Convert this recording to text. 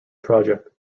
project